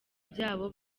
byabo